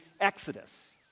Exodus